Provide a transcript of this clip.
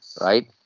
right